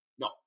No